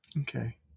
Okay